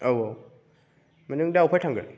औ मा नों दा अफाय थांगोन